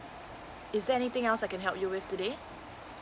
is there anything else I can help you with today